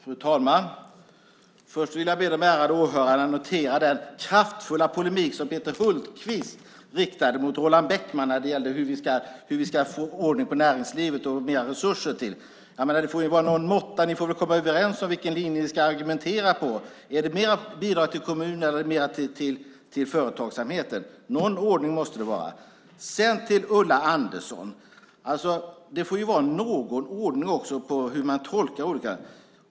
Fru talman! Först vill jag be de ärade åhörarna notera den kraftfulla polemik som Peter Hultqvist riktade mot Roland Bäckman när det gällde hur vi ska få ordning på näringslivet och att man ska begära resurser till det. Det får vara någon måtta. Ni får väl komma överens om vilken linje ni ska argumentera för. Är det mer bidrag till kommunerna eller är det mer till företagsamheten? Någon ordning måste det vara. Sedan vill jag säga till Ulla Andersson att det får vara någon ordning också på hur man gör sin tolkning.